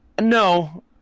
no